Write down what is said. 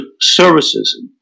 services